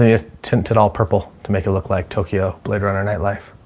ah just tinted all purple to make it look like tokyo, blade runner nightlife.